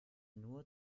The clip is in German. nur